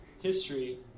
History